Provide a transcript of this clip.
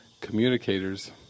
communicators